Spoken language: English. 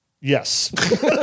Yes